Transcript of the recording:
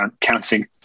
counting